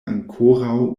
ankoraŭ